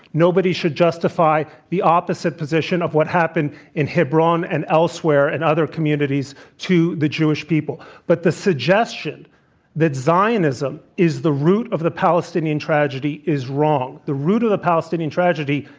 nobody should justify the opposite position of what happened in hebron and elsewhere and other communities to the jewish people. but the suggestion that zionism is the root of the palestinian tragedy is wrong. the root of the palestinian tragedy,